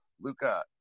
Luca